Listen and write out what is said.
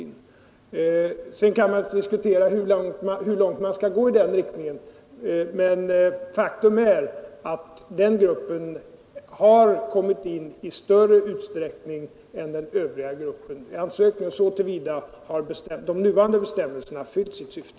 Man kan naturligtvis diskutera hur långt man skall gå, men faktum är att den här gruppen har kommit in i större utsträckning än den andra gruppen. Så till vida har de nuvarande bestämmelserna fyllt sitt syfte.